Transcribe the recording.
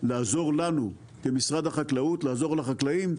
לעזור לנו כמשרד החקלאות, לעזור לחקלאים,